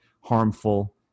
harmful